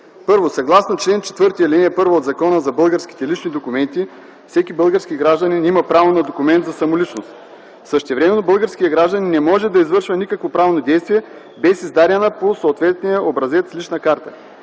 Първо, съгласно чл. 4, ал. 1 от Закона за българските лични документи, всеки български гражданин има право на документ за самоличност. Същевременно българският гражданин не може да извършва никакво правно действие без издадена по съответния образец лична карта.